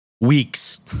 weeks